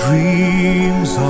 Dreams